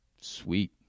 sweet